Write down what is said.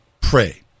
Pray